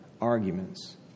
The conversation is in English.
arguments